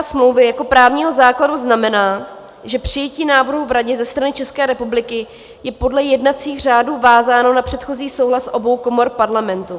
Použití článku 352 smlouvy jako právního základu znamená, že přijetí návrhu v Radě ze strany České republiky je podle jednacích řádů vázáno na předchozí souhlas obou komor Parlamentu.